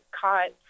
caught